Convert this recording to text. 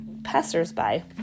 passers-by